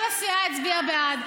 כל הסיעה הצביעה בעד.